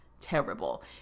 terrible